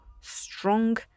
strong